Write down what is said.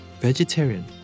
vegetarian